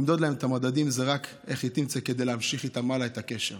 למדוד להם את המדדים זה רק היכי תמצי כדי להמשיך איתם הלאה את הקשר.